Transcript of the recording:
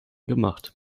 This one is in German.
gemacht